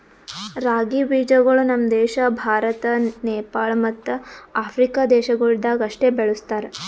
ರಾಗಿ ಬೀಜಗೊಳ್ ನಮ್ ದೇಶ ಭಾರತ, ನೇಪಾಳ ಮತ್ತ ಆಫ್ರಿಕಾ ದೇಶಗೊಳ್ದಾಗ್ ಅಷ್ಟೆ ಬೆಳುಸ್ತಾರ್